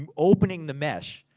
um opening the mesh.